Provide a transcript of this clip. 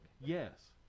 Yes